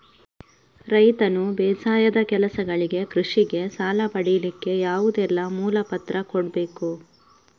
ರೈತನು ಬೇಸಾಯದ ಕೆಲಸಗಳಿಗೆ, ಕೃಷಿಗೆ ಸಾಲ ಪಡಿಲಿಕ್ಕೆ ಯಾವುದೆಲ್ಲ ಮೂಲ ಪತ್ರ ಕೊಡ್ಬೇಕು?